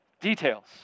details